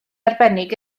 arbennig